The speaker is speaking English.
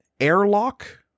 airlock